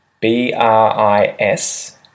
B-R-I-S